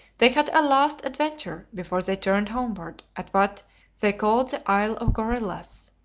they had a last adventure before they turned homewards at what they called the isle of gorillas.